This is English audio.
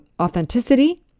authenticity